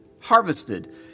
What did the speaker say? harvested